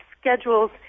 schedules